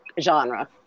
genre